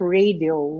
radio